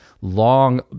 long